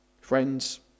Friends